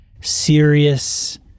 serious